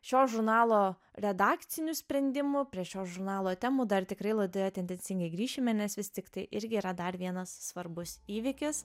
šio žurnalo redakcinių sprendimų prie šio žurnalo temų dar tikrai laidoje tendencingai grįšime nes vis tiktai irgi yra dar vienas svarbus įvykis